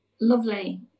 lovely